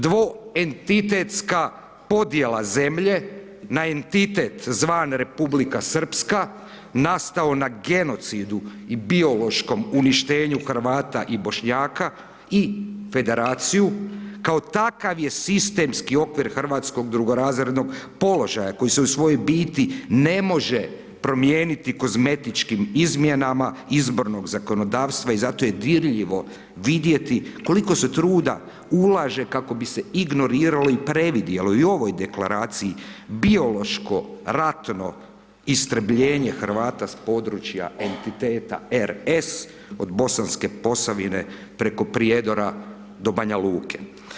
Dvoentitetska podjela zemlje na entitet zvan Republika Srpska nastao na genocidu i biološkom uništenju Hrvata i Bošnjaka i federaciju, kao takav je sistemski okvir hrvatskog drugorazrednog položaja koji se u svojoj biti ne može promijeniti kozmetičkim izmjenama izbornog zakonodavstva i zato je dirljivo vidjeti koliko se truda ulaže kako bi se ignoriralo i previdjelo i u ovoj deklaraciji biološko, ratno istrebljenje Hrvata s područja entiteta RS od Bosanke Posavine preko Prijedora do Banja Luke.